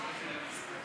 הכנסת, להלן